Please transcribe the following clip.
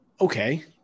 Okay